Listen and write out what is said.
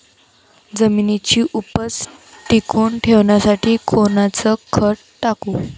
जमिनीची उपज टिकून ठेवासाठी कोनचं खत टाकू?